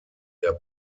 der